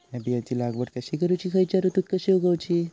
हया बियाची लागवड कशी करूची खैयच्य ऋतुत कशी उगउची?